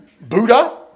Buddha